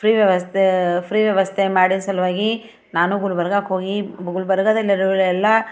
free ವ್ಯವಸ್ಥೆ free ವ್ಯವಸ್ಥೆ ಮಾಡಿದ ಸಲುವಾಗಿ ನಾನು ಗುಲ್ಬರ್ಗಾಕ್ಕೆ ಹೋಗಿ ಗುಲ್ಬರ್ಗಾದಲ್ಲಿರುವ್ರೆಲ್ಲ